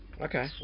okay